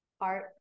art